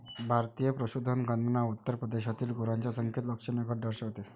भारतीय पशुधन गणना उत्तर प्रदेशातील गुरांच्या संख्येत लक्षणीय घट दर्शवते